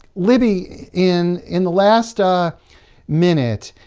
libbie, in in the last ah minute,